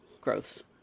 growths